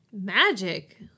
Magic